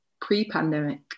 pre-pandemic